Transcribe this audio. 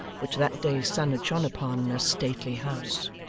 which that day's sun had shone upon, a stately house.